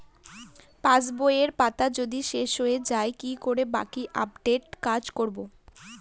পাসবইয়ের পাতা যদি শেষ হয়ে য়ায় কি করে বাকী আপডেটের কাজ করব?